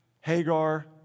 Hagar